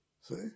see